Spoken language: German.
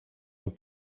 und